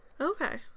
Okay